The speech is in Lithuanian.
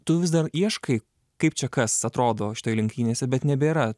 tu vis dar ieškai kaip čia kas atrodo štai lenktynėse bet nebėra